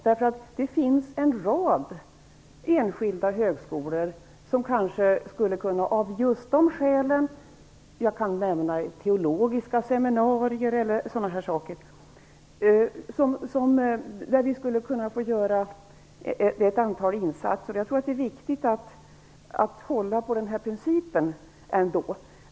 Det finns nämligen en rad enskilda högskolor, t.ex. teologiska seminarier etc, där vi skulle kunna göra ett antal insatser. Men jag tror ändå att det är viktigt att hålla fast vid nämnda princip.